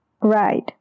Right